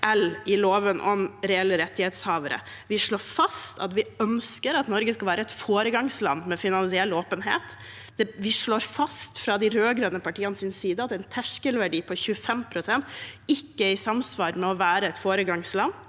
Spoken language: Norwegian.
til loven om reelle rettighetshavere. Vi slår fast at vi ønsker at Norge skal være et foregangsland for finansiell åpenhet. Vi slår fast – fra de rød-grønne partienes side – at en terskelverdi på 25 pst. ikke er i samsvar med å være et foregangsland.